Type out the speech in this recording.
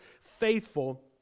faithful